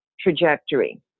trajectory